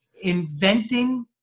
inventing